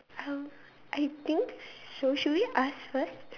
um I think should should we ask first